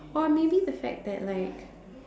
or maybe the fact that like